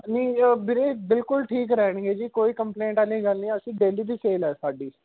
ਨਹੀਂ ਜੀ ਉਹ ਵੀਰੇ ਬਿਲਕੁਲ ਠੀਕ ਰਹਿਣਗੇ ਜੀ ਕੋਈ ਕੰਪਲੇਂਟ ਆਲੀ ਗੱਲ ਨਹੀਂ ਅਸੀਂ ਡੇਲੀ ਦੀ ਸੇਲ ਆ ਸਾਡੀ